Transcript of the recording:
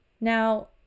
Now